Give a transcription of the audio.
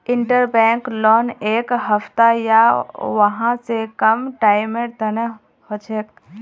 interbank loan एक हफ्ता या वहा स कम टाइमेर तने हछेक